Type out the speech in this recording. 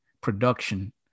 production